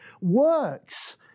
works